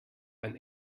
ein